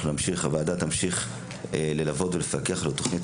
הוועדה תמשיך ללוות ולפקח על התוכנית